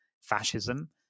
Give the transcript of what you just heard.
fascism